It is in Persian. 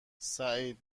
سعید